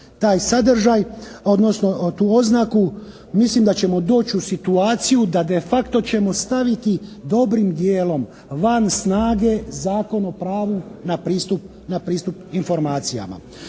taj sadržaj, odnosno tu oznaku mislim da ćemo doći u situaciju da de facto ćemo staviti dobrim dijelom van snage Zakon o pravu na pristup informacijama.